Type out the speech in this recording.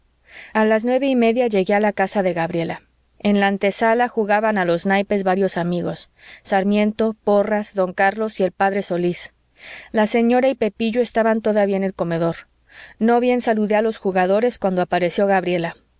a las nueve y media llegué a la casa de gabriela en la antesala jugaban a los naipes varios amigos sarmiento porras don carlos y el p solís la señora y pepillo estaban todavía en el comedor no bien saludé a los jugadores cuando apareció gabriela